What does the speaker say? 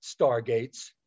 stargates